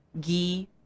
ghee